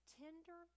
tender